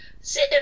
sit